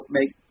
make